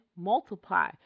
multiply